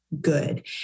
good